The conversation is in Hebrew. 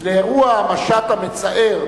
לאירוע המשט המצער